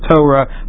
Torah